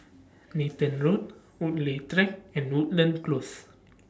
Nathan Road Woodleigh Track and Woodlands Close